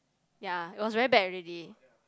ya it was very bad already